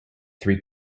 three